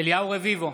אליהו רביבו,